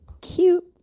cute